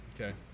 Okay